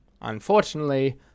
Unfortunately